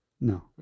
No